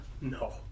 No